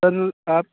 سر آپ